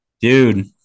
Dude